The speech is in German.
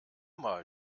mal